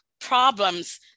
problems